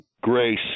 Grace